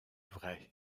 vrai